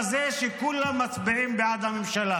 בזה שכולם מצביעים בעד הממשלה.